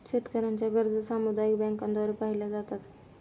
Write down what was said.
शेतकऱ्यांच्या गरजा सामुदायिक बँकांद्वारे पाहिल्या जातात